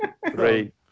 Great